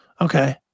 okay